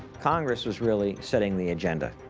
congress was really setting the agenda.